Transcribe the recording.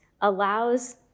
allows